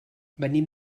venim